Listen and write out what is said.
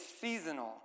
seasonal